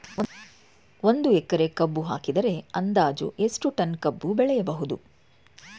ಒಂದು ಎಕರೆ ಕಬ್ಬು ಹಾಕಿದರೆ ಅಂದಾಜು ಎಷ್ಟು ಟನ್ ಕಬ್ಬು ಬೆಳೆಯಬಹುದು?